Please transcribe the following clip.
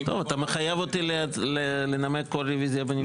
אתה מחייב אותי לנמק כל רוויזיה בנפרד.